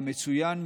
כמצוין,